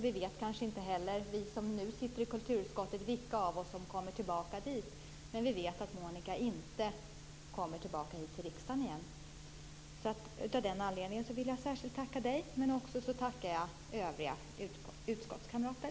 Vi som nu sitter i kulturutskottet vet inte heller vilka av oss som kommer tillbaka dit. Men vi vet att Monica inte kommer tillbaka hit till riksdagen igen. Av den anledningen vill jag särskilt tacka henne, men jag tackar också övriga utskottskamrater.